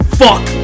fuck